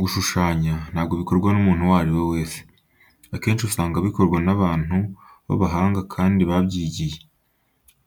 Gushushanya ntabwo bikorwa n'umuntu uwo ari we wese. Akenshi usanga bikorwa n'abantu b'abahanga kandi babyigiye.